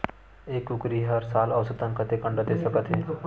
एक कुकरी हर साल औसतन कतेक अंडा दे सकत हे?